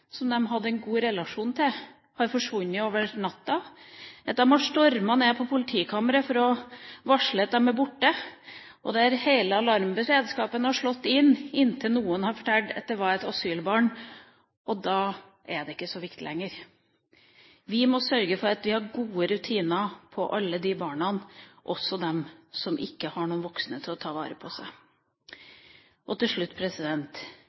som de hadde en god relasjon til, over natta har forsvunnet. De har stormet ned på politikammeret for å varsle at de er borte, og hele alarmberedskapen har slått inn – inntil noen har fortalt at det dreide seg om et asylbarn. Da er det ikke så viktig lenger. Vi må sørge for at vi har gode rutiner for alle disse barna, også for dem som ikke har noen voksne til å ta vare på seg. Til slutt: